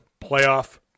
playoff